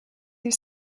your